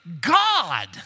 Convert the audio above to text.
God